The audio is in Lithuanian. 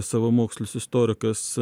savamokslis istorikas